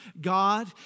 God